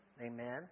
Amen